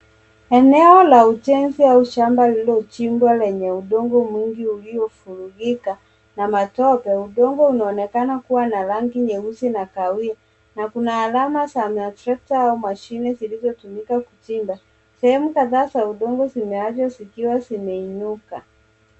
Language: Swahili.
Eneo la ujenzi au shamba lililochimbwa lenye udongo mwingi uliovurugika na matope. Udongo unaonekana kuwa na rangi nyeusi na kahawia na kuna alama za matrakta au mashine zilizotumika kuchimba. Sehemu kadhaa za udongo zimeachwa zikiwa zimeinuka.